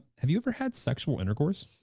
have you ever had sexual intercourse?